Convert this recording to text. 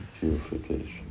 purification